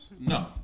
No